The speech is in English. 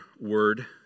word